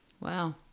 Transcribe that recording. Wow